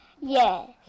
Yes